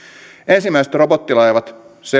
ensimmäiset robottilaivat